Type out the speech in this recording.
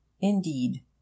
Indeed